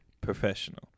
professional